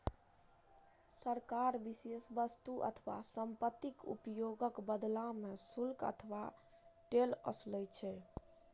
सरकार विशेष वस्तु, सेवा अथवा संपत्तिक उपयोगक बदला मे शुल्क अथवा टोल ओसूलै छै